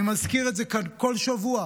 אני מזכיר את זה כאן כל שבוע,